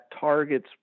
targets